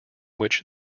which